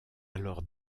alors